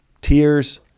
tears